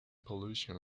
pollution